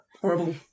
horrible